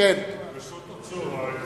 תאשר הצעה דחופה לסדר-היום